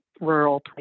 rural